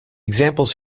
examples